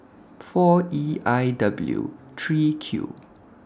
four E I W three Q